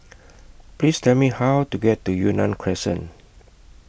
Please Tell Me How to get to Yunnan Crescent